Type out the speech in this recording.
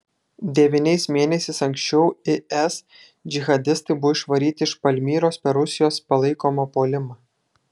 devyniais mėnesiais anksčiau is džihadistai buvo išvaryti iš palmyros per rusijos palaikomą puolimą